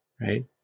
Right